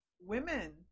Women